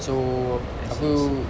so aku